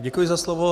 Děkuji za slovo.